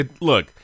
look